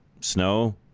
snow